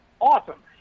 awesome